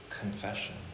confession